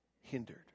hindered